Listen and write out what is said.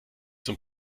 zum